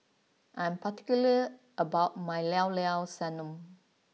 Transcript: I am particular about my Llao Llao Sanum